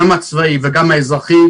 גם הצבאי וגם האזרחי,